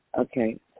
Okay